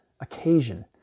occasion